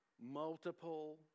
multiple